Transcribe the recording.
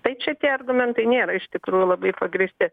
tai čia tie argumentai nėra iš tikrųjų labai pagrįsti